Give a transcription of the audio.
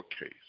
case